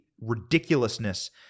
ridiculousness